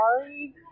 sorry